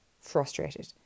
frustrated